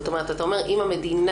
זאת אומרת, אתה אומר אם המדינה